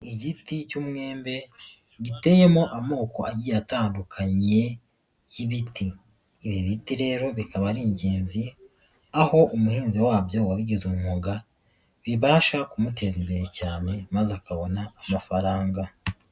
Igiti cy'umwembe giteyemo amoko agiye atandukanye y'ibiti, ibi biti rero bikaba ari ingenzi, aho umuhinzi wabyo wabigize umwuga bibasha kumuteza imbere cyane maze akabona amafaranga.